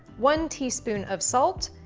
one teaspoon of salt,